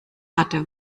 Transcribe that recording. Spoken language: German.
hatte